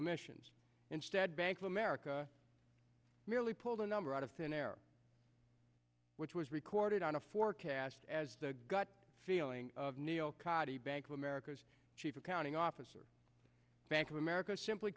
emissions instead bank of america merely pulled a number out of thin air which was recorded on a forecast as the gut feeling of neal qadi bank of america's chief accounting officer bank of america simply